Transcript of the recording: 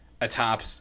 atop